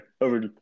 over